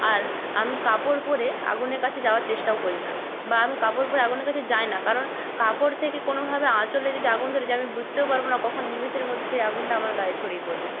আর আমি কাপড় পরে আগুনের কাছে যাওয়ার চেষ্টাও করি না বা আমি কাপড় পরে আগুনের কাছে যাই না কারণ কাপড় থেকে কোনোভাবে আঁচলে যদি আগুন ধরে যায় আমি বুসতেও পারবো না কখন নিমেষের মধ্যে সেই আগুনটা আমার গায়ে ছড়িয়ে পড়বে